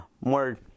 more